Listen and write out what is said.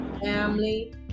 family